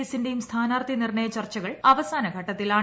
എസിന്റേയും സ്ഥാനാർഥി നിർണയ ചർച്ചകൾ അവസാനഘട്ടത്തിലാണ്